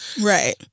right